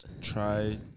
try